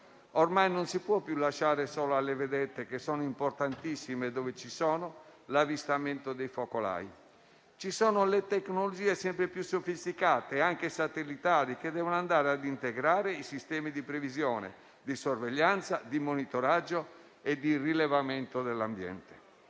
Ormai non si può più lasciare solo alle vedette - che sono importantissime, dove ci sono - l'avvistamento dei focolai; ci sono tecnologie sempre più sofisticate, anche satellitari, che devono andare a integrare i sistemi di previsione, sorveglianza, monitoraggio e rilevamento dell'ambiente.